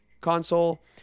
console